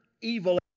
evil